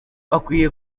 akwiye